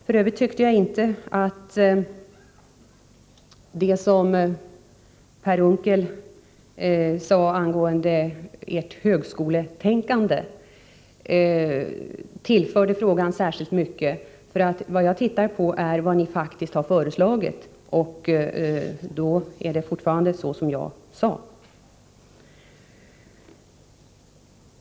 För övrigt tyckte jag inte att det som Per Unckel sade angående moderaternas högskoletänkande tillförde debatten särskilt mycket. Vad jag utgick ifrån är vad ni faktiskt har föreslagit, och då är det fortfarande så som jag sade.